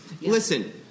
listen